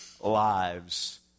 lives